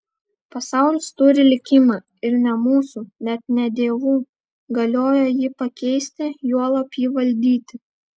pasaulis turi likimą ir ne mūsų net ne dievų galioje jį pakeisti juolab jį valdyti